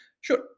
Sure